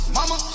Mama